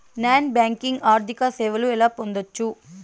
Non banking ఆర్థిక సేవలు ఎలా పొందొచ్చు?